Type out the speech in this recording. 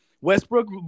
Westbrook